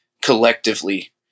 collectively